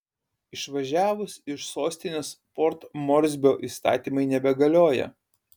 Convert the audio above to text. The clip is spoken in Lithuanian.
išvažiavus iš sostinės port morsbio įstatymai nebegalioja